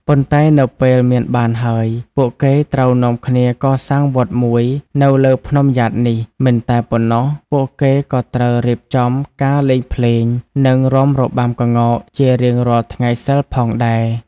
ប៉ុនែ្ដនៅពេលមានបានហើយ ពួកគេត្រូវនាំគ្នាកសាងវត្ដមួយនៅលើភ្នំយ៉ាតនេះ មិនតែប៉ុណ្ណោះពួកគេក៏ត្រូវរៀបចំការលេងភ្លេងនិងរាំរបាំក្ងោកជារៀងរាល់ថ្ងៃសិលផងដែរ។